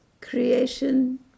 creation